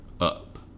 up